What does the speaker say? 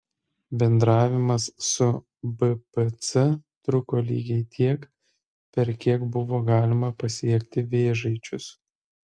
bendravimas su bpc truko lygiai tiek per kiek buvo galima pasiekti vėžaičius